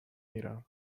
میرم